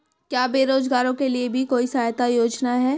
क्या बेरोजगारों के लिए भी कोई सहायता योजना है?